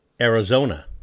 Arizona